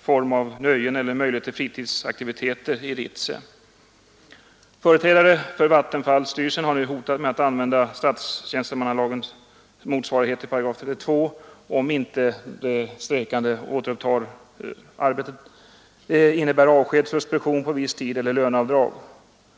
form av nöjen eller möjlighet till fritidsaktiviteter i Ritsem. 17 Företrädare för Vattenfall har nu hotat att använda statstjänstemannalagens motsvarighet till § 32, om inte de strejkande återupptar arbetet. Det innebär avsked, suspension på viss tid eller löneavdrag.